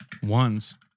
Ones